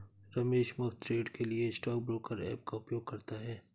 रमेश मुफ्त ट्रेड के लिए स्टॉक ब्रोकर ऐप का उपयोग करता है